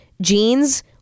jeans